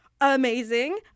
amazing